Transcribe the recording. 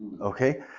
Okay